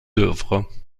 œuvres